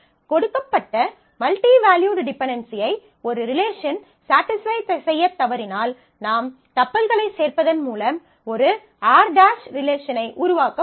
கொடுக்கப்பட்ட multi valued டிபென்டென்சியை ஒரு ரிலேஷன் சட்டிஸ்ஃபை செய்யத் தவறினால் நாம் டப்பிள்களைச் சேர்ப்பதன் மூலம் ஒரு R' ரிலேஷனை உருவாக்க முடியும்